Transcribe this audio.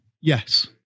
Yes